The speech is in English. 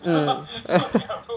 mm